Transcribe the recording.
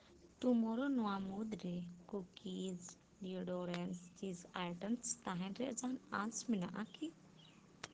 ᱴᱩᱢᱳᱨᱳ ᱱᱚᱣᱟ ᱢᱩᱫᱽ ᱨᱮ ᱠᱩᱠᱤᱥ ᱱᱤᱭᱩᱨᱳᱰᱮᱱᱥ ᱪᱤᱯᱥ ᱟᱭᱴᱮᱢ ᱛᱟᱦᱮᱱ ᱨᱮᱭᱟᱜ ᱡᱟᱦᱟᱸ ᱟᱸᱥ ᱢᱮᱱᱟᱜᱼᱟ ᱠᱤ